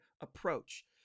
approach